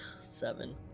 Seven